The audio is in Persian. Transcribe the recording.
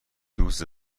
دوست